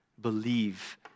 Believe